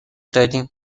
دادیم